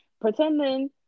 pretending